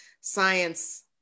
science